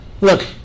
Look